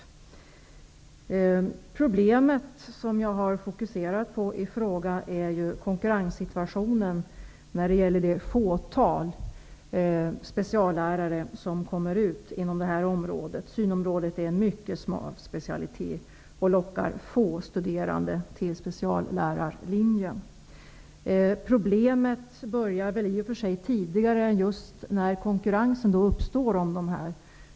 Det problem som jag har fokuserat på i min fråga är konkurrenssituationen beträffande det fåtal speciallärare som examineras inom detta område. Det är en mycket smal specialitet, och den lockar få studerande till speciallärarlinjen. Problemet börjar i och för sig tidigare än när konkurrensen uppstår om dessa lärare.